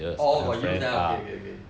orh got use ah okay okay okay